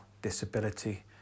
disability